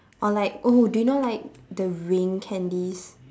or like oh do you know like the ring candies